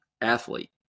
athlete